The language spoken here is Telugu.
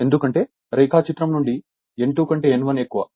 ఎందుకంటే రేఖాచిత్రం నుండి N2 కంటే N1 ఎక్కువ